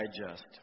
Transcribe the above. Digest